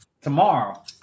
tomorrow